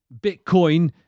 Bitcoin